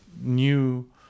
new